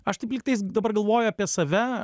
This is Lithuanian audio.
aš taip lygtais dabar galvoju apie save